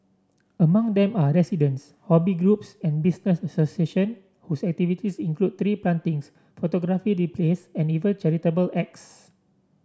among them are residents hobby groups and business association whose activities include tree plantings photography displays and even charitable acts